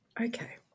Okay